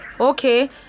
okay